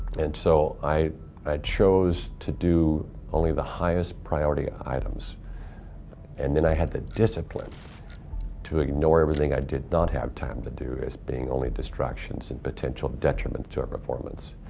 and so i i chose to do only the highest priority items and then i had the discipline to ignore everything i did not have time to do as being only distractions and potential detriment to our performance.